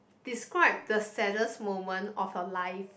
describe the saddest moment of your life